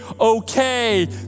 okay